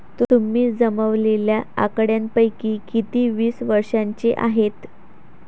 तुम्ही जमवलेल्या आकड्यांपैकी किती वीस वर्षांचे आहेत?